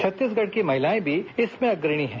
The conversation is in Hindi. छत्तीसगढ़ की महिलाएं भी इसमें अग्रणी है